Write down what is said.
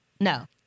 No